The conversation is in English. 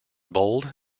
bold